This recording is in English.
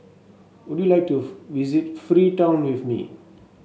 would you like to visit Freetown with me